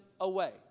away